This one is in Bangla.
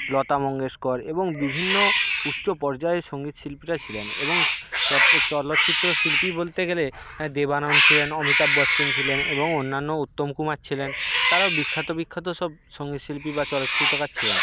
লতা মঙ্গেশকর এবং বিভিন্ন উচ্চ পর্যায়ের সঙ্গীত শিল্পিরা ছিলেন এবং চলচ্চিত্র শিল্পী বলতে গেলে হ্যাঁ দেবানন্দ ছিলেন অমিতাভ বচ্চন ছিলেন এবং অন্যান্য উত্তম কুমার ছিলেন তারাও বিখ্যাত বিখ্যাত সব সঙ্গীত শিল্পী বা চলচ্চিত্রকার ছিলেন